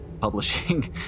publishing